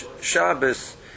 Shabbos